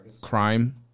Crime